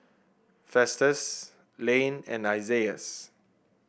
Festus Lane and Isaias